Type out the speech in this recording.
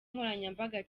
nkoranyambaga